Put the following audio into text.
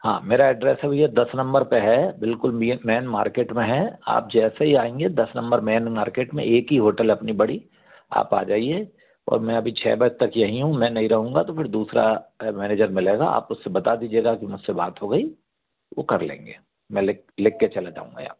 हाँ मेरा एड्रैस है भैया दस नंबर पर है बिल्कुल मिएन मैन मार्केट में है आप जैसे ही आएंगे दस नंबर मैन मार्केट में एक ही होटल है अपनी बड़ी आप आ जाइए और मैं अभी छः बज तक यहीं हूँ मैं नहीं रहूँगा तो फिर दूसरा मनेजर मिलेगा आप उससे बता दीजिएगा कि मुझ से बात हो गई वो कर लेंगे मैं लिख लिख कर चला जाऊँगा यहाँ